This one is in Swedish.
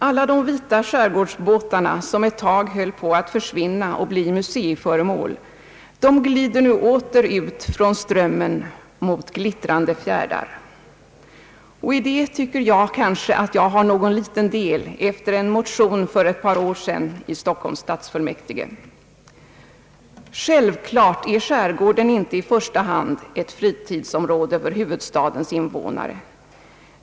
Alla de vita skärgårdsbåtarna, som ett tag höll på att försvinna och bli museiföremål, glider nu åter ut från Strömmen mot glittrande fjärdar. I detta tycker jag mig ha en liten del efter en motion för ett par år sedan i Stockholms stadsfullmäktige. Självklart är skärgården inte i första hand ett fritidsområde för huvudstadens invånare.